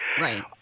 Right